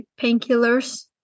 painkillers